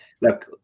look